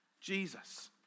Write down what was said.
Jesus